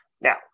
now